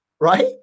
Right